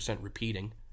repeating